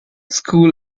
school